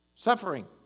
Suffering